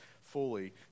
fully